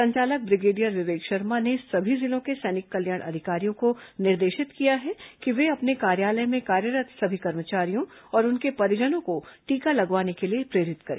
संचालक ब्रिगेडियर विवेक शर्मा ने सभी जिलों के सैनिक कल्याण अधिकारियों को निर्देशित किया है कि वे अपने कार्यालय में कार्यरत् सभी कर्मचारियों और उनके परिजनों को लगवाने के लिए प्रेरित करें